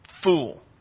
fool